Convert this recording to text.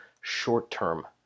short-term